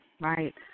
Right